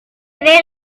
las